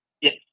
Yes